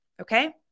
okay